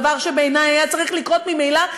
דבר שבעיני היה צריך לקרות ממילא,